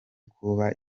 kubaza